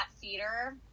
theater